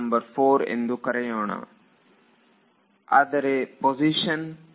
ನಾವು ಇದನ್ನು global node number 1 global node 2 global node 3 ಹಾಗೂ ಗ್ಲೋಬಲ್ ನೋಡ್ 4 ಎಂದು ಕರೆಯೋಣ